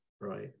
right